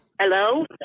Hello